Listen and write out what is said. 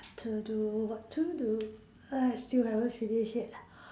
what to do what to do ah still haven't finish yet